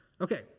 okay